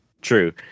True